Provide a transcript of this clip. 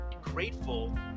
grateful